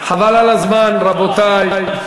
חבל על הזמן, רבותי.